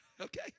Okay